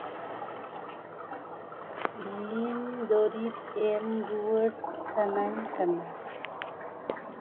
ᱤᱧ ᱫᱩᱨᱤᱵᱽ ᱮᱢ ᱨᱩᱣᱟᱹᱲ ᱥᱟᱱᱟᱧ ᱠᱟᱱᱟ